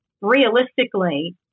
realistically